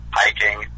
hiking